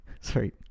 sorry